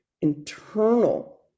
internal